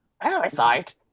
Parasite